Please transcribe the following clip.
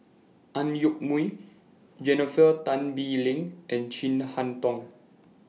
Ang Yoke Mooi Jennifer Tan Bee Leng and Chin Harn Tong